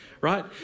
right